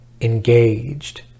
engaged